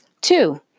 Two